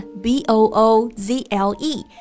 B-O-O-Z-L-E